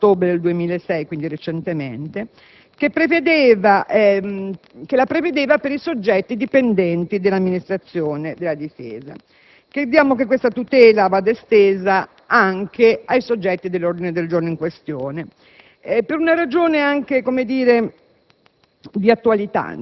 alla Camera il 4 ottobre 2006, quindi recentemente, che la prevedeva per i soggetti dipendenti dell'Amministrazione della difesa, crediamo che questa tutela vada estesa anche ai soggetti dell'ordine del giorno in questione, per una ragione anche di